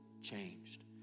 changed